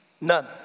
None